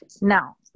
Now